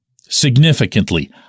significantly